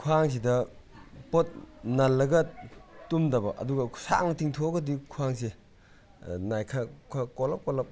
ꯈ꯭ꯋꯥꯡꯁꯤꯗ ꯄꯣꯠ ꯅꯜꯂꯒ ꯇꯨꯝꯗꯕ ꯑꯗꯨꯒ ꯁꯥꯡꯅ ꯇꯤꯡꯊꯣꯛꯑꯒꯗꯤ ꯈ꯭ꯋꯥꯡꯁꯦ ꯅꯥꯏ ꯈꯔ ꯈꯔ ꯀꯣꯜꯂꯞ ꯀꯣꯜꯂꯞ